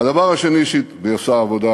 והיא עושה עבודה